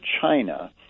China